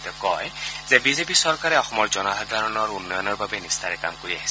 তেওঁ কয় যে বিজেপি চৰকাৰে অসমৰ জনসাধাৰণৰ উন্নয়নৰ বাবে নিষ্ঠাৰে কাম কৰি আহিছে